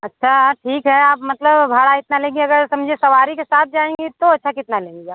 अच्छा ठीक है आप मतलब भाड़ा इतना लेंगी अगर समझिए सवारी के साथ जाएँगी तो ऐसा कितना लेंगी आप